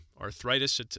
arthritis